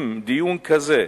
דיון כזה,